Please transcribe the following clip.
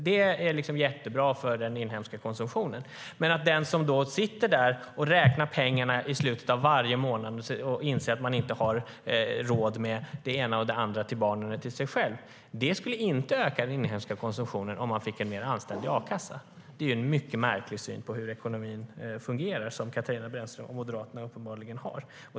Det är jättebra för den inhemska konsumtionen. Men de som sitter där och räknar pengarna i slutet av varje månad och inser att de inte har råd med det och det andra till barnen eller till sig själv - det skulle inte öka den inhemska konsumtionen om de fick en mer anständig a-kassa. Det är en mycket märklig syn på hur ekonomin fungerar som Katarina Brännström och Moderaterna uppenbarligen har.